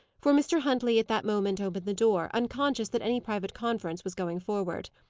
for mr. huntley at that moment opened the door, unconscious that any private conference was going forward.